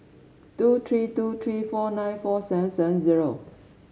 two three two three four nine four seven seven zero